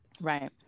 right